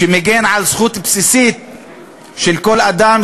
שמגן על זכות בסיסית שכל אדם,